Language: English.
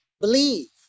believe